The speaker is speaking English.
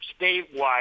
statewide